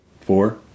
Four